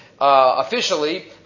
Officially